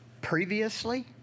previously